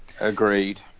Agreed